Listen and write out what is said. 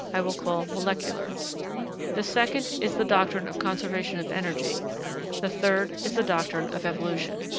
i will call molecular the second is the doctrine of conservation of energy the third is the doctrine of evolution.